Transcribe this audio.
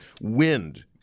wind